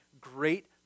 great